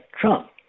Trump